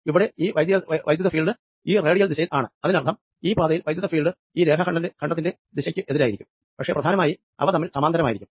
ഇവിടെ ഈ വൈദ്യുത ഫീൽഡ് ഈ റേഡിയൽ ദിശയിലാണ് ഇതിനർത്ഥം ഈ പാതയിൽ വൈദ്യുത ഫീൽഡ് ഈ രേഖാഖണ്ഡത്തിന്റെ ദിശക്ക് എതിരായിരിക്കും പക്ഷെ പ്രധാനമായി അവ തമ്മിൽ സമാന്തരമായിരിക്കും